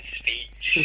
speech